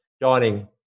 dining